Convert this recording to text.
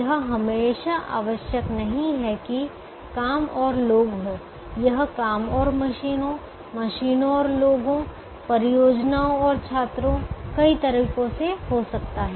यह हमेशा आवश्यक नहीं है कि काम और लोग हो यह काम और मशीनों मशीनों और लोगों परियोजनाओं और छात्रों कई तरीकों से हो सकता है